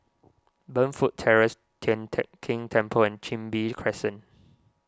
Burnfoot Terrace Tian Teck Keng Temple and Chin Bee Crescent